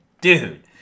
dude